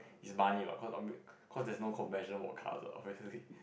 is money what cause cause there is no compassion for car what obviously